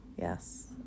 Yes